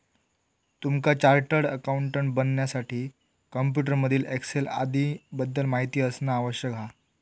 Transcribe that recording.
तुमका chartered accountant बनण्यासाठी computer मधील एक्सेल आदीं बद्दल माहिती असना आवश्यक हा